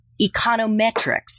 econometrics